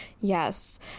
Yes